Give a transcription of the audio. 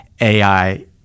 AI